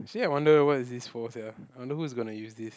actually I wonder what is this for sia I wonder who is gonna use this